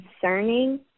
concerning